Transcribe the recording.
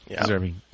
Deserving